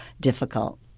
difficult